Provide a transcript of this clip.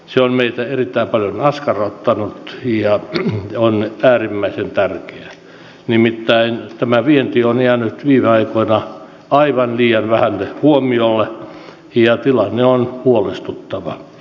se on meitä erittäin paljon palveluseteli ja se on nyt äärimmäisen tarttui nimittäin tämä vienti on jäänyt viime aikoina aivan liian vähälle perustulokokeilut sekä asumisperusteisen sosiaaliturvan kohdentumisen arviointi